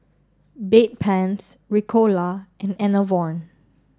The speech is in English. Bedpans Ricola and Enervon